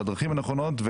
בדרכים הנכונות,